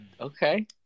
Okay